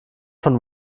von